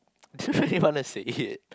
then where you wanna sit